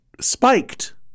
spiked